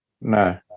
No